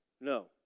No